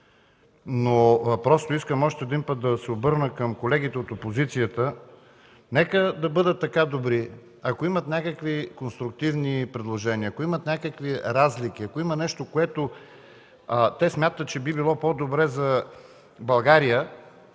време, но искам още веднъж да се обърна към колегите от опозицията: нека да бъдат така добри, ако имат някакви конструктивни предложения, ако имат някакви разлики, ако има нещо, което те смятат, че би било по-добре за България